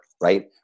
right